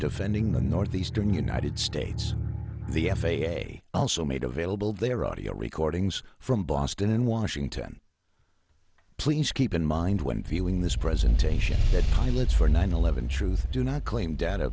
defending the northeastern united states the f a a also made available their audio recordings from boston and washington please keep in mind when viewing this presentation that pilots for nine eleven truth do not claim data